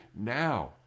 now